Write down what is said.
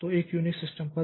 तो एक UNIX system पर